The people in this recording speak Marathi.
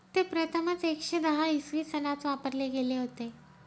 ते प्रथमच एकशे दहा इसवी सनात वापरले गेले होते